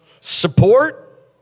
support